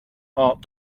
heart